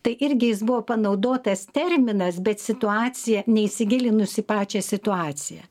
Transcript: tai irgi jis buvo panaudotas terminas bet situacija neįsigilinus į pačią situaciją